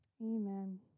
Amen